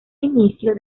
inicio